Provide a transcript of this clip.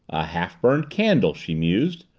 a half-burned candle, she mused.